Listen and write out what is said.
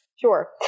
sure